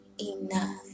enough